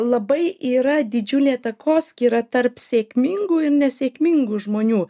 labai yra didžiulė takoskyra tarp sėkmingų ir nesėkmingų žmonių